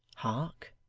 hark!